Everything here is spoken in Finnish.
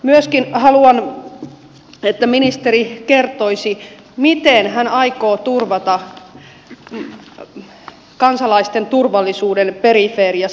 myöskin haluan että ministeri kertoisi miten hän aikoo turvata kansalaisten turvallisuuden periferiassa